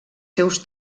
seus